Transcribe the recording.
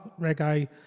reggae